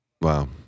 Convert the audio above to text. wow